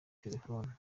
telephone